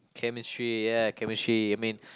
Chemistry ya Chemistry I mean